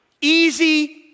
easy